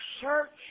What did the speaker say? Search